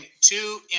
two